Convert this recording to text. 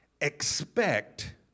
Expect